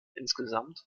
insgesamt